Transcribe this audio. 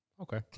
Okay